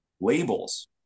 labels